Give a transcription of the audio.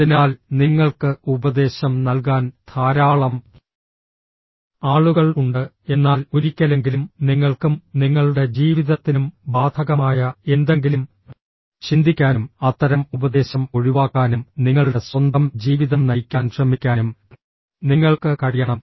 അതിനാൽ നിങ്ങൾക്ക് ഉപദേശം നൽകാൻ ധാരാളം ആളുകൾ ഉണ്ട് എന്നാൽ ഒരിക്കലെങ്കിലും നിങ്ങൾക്കും നിങ്ങളുടെ ജീവിതത്തിനും ബാധകമായ എന്തെങ്കിലും ചിന്തിക്കാനും അത്തരം ഉപദേശം ഒഴിവാക്കാനും നിങ്ങളുടെ സ്വന്തം ജീവിതം നയിക്കാൻ ശ്രമിക്കാനും നിങ്ങൾക്ക് കഴിയണം